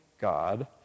God